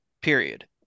Period